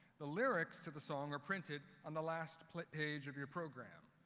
the lyrics to the song are printed on the last page of your program.